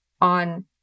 on